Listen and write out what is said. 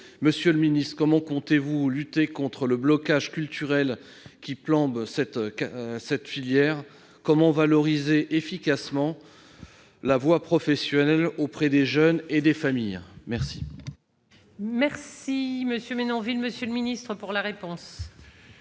Monsieur le ministre, comment comptez-vous lutter contre le blocage culturel qui plombe cette filière ? Comment valoriser efficacement la voie professionnelle auprès des jeunes et des familles ? La parole est à M. le ministre. Monsieur le sénateur, votre